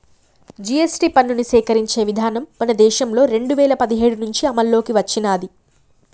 GST పన్నుని సేకరించే విధానం మన దేశంలో రెండు వేల పదిహేడు నుంచి అమల్లోకి వచ్చినాది